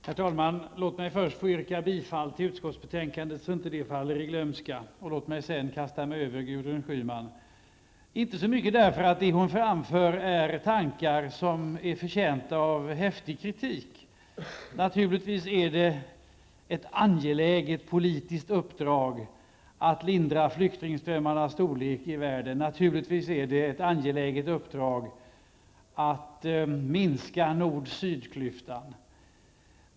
Herr talman! Först yrkar jag bifall till hemställan i utskottsbetänkandet. Jag gör det redan nu för att det inte skall falla i glömska. Sedan kastar jag mig på det som Gudrun Schyman sade. Jag gör det inte så mycket därför att det hon framför är tankar som är förtjänta av häftig kritik. Naturligtvis är det ett angeläget politiskt uppdrag att lindra flyktingströmmarnas storlek i världen. Och naturligvis är det ett angeläget uppdrag att minska nord--syd-klyftan.